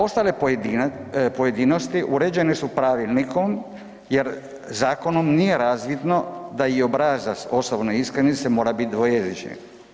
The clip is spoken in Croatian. Ostale pojedinosti određene su pravilnikom jer zakonom nije razvidno da je obrazac osobne iskaznice mora biti dvojezični.